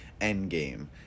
Endgame